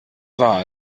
war